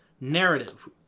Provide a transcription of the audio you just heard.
Narrative